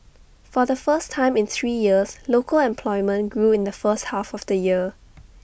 for the first time in three years local employment grew in the first half of the year